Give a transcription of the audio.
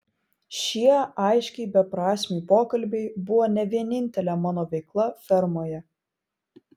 šie aiškiai beprasmiai pokalbiai buvo ne vienintelė mano veikla fermoje